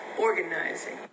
organizing